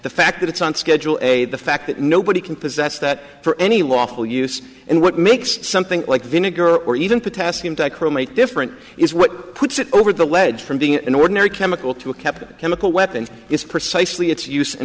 the fact that it's on schedule a the fact that nobody can possess that for any lawful use and what makes something like vinegar or even potassium chromate different is what puts it over the lead from being an ordinary chemical to a capital chemical weapon is precisely its use and